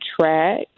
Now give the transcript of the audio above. track